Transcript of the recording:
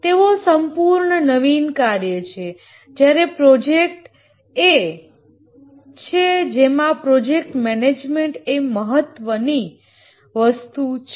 તેઓ સંપૂર્ણ નવીન કાર્ય છે જ્યારે પ્રોજેક્ટ એ છે જેમાં પ્રોજેક્ટ મેનેજમેન્ટ એ મહત્વની વસ્તુ છે